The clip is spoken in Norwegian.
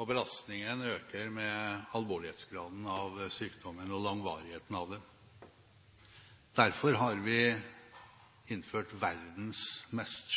og belastningen øker med alvorlighetsgraden av sykdommen og varigheten av den. Derfor har vi innført verdens mest